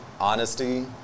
Honesty